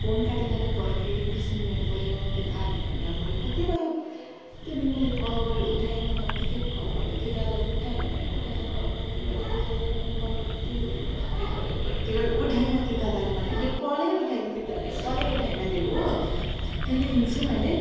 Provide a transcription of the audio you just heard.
phone काटेँ मैले पर्खे बिस मिनट भयो त्यहाँदेखि आधा घण्टा भयो कति भयो त्यहाँदेखि मैले कल गरेँ उठाएन कतिखेप कल गरेँ त्यो दादाले उठाएन उठाएन कल कति गरेँ त्यो दादालाई मैले कल कति गरे कति गरेँ कति गरेँ कति गरेँ उठाएन त्यो दादाले मलाई मेरो कलै उठाएन त्यो दादाले कलै उठाएन मेरो हो त्यहाँदेखि चाहिँ मैले